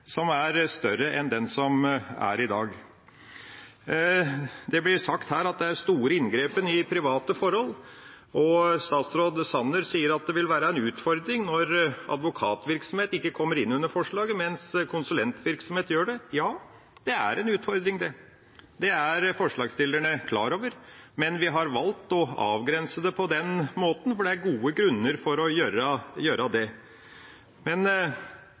som er større enn den som er i dag. Det blir sagt her at det er store inngrep i private forhold, og statsråd Sanner sier at det vil være en utfordring når advokatvirksomhet ikke kommer inn under forslaget, mens konsulentvirksomhet gjør det. Ja, det er en utfordring, det er forslagsstillerne klar over, men vi har valgt å avgrense det på den måten, for det er gode grunner for å gjøre det. Men